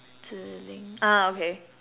zhi ling ah okay